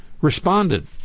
responded